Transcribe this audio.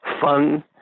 fun